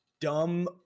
dumb